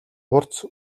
хурц